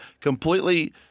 completely